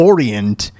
Orient